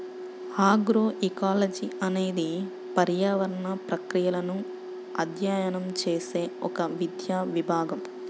agroecology అనేది పర్యావరణ ప్రక్రియలను అధ్యయనం చేసే ఒక విద్యా విభాగం